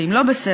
ואם לא בסדר,